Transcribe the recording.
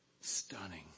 Stunning